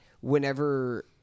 whenever